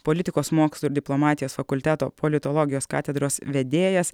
politikos mokslų ir diplomatijos fakulteto politologijos katedros vedėjas